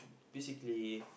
basically